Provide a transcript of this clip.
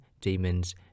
Demons